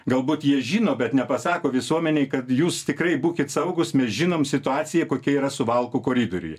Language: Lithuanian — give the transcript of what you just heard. galbūt jie žino bet nepasako visuomenei kad jūs tikrai būkit saugūs mes žinom situaciją kokia yra suvalkų koridoriuj